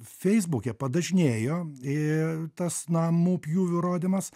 feisbuke padažnėjo i tas namų pjūvių rodymas